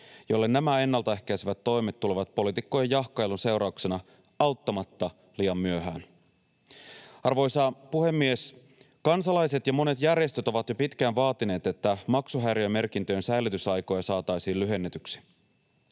joille nämä ennaltaehkäisevät toimet tulevat poliitikkojen jahkailun seurauksena auttamatta liian myöhään. Arvoisa puhemies! Kansalaiset ja monet järjestöt ovat jo pitkään vaatineet, että maksuhäiriömerkintöjen säilytysaikoja saataisiin lyhennetyksi.